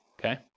okay